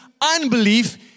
unbelief